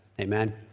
Amen